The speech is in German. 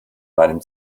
meinem